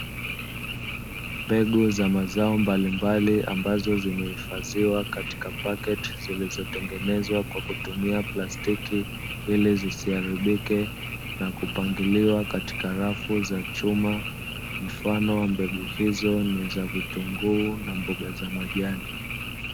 Mbegu za mazao mbalimbali ambazo zimehifadhiwa katika paketi zilizotengenezwa kwa kutumia plastiki ili zisiharibike na kupangiliwa katika rafu za chuma. Mfano wa mbegu hizo ni za vitunguu na mboga za majani.